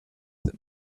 that